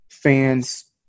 fans